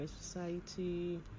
Society